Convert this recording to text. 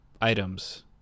items